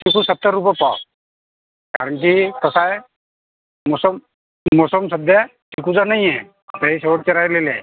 चिकू सत्तर रुपये पाव कारण की कसं आहे मोसम मोसम सध्या चिकूचा नाही आहे आता हे शेवटचं राहिलेले आहेत